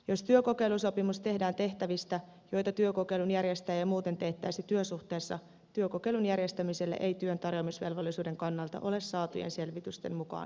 jos työkokeilusopimus tehdään tehtävistä joita työkokeilun järjestäjä ei muuten teettäisi työsuhteessa työkokeilun järjestämiselle ei työntarjoamisvelvollisuuden kannalta ole saatujen selvitysten mukaan estettä